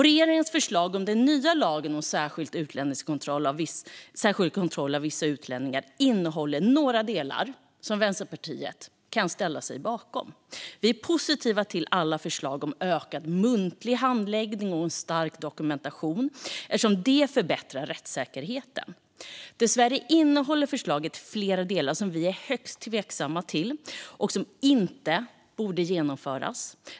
Regeringens förslag om den nya lagen om särskild kontroll av vissa utlänningar innehåller några delar som Vänsterpartiet kan ställa sig bakom. Vi är positiva till alla förslag om ökad muntlig handläggning och stärkt dokumentation eftersom det förbättrar rättssäkerheten. Dessvärre innehåller förslaget flera delar som vi är högst tveksamma till och som inte borde genomföras.